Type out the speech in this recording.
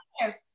yes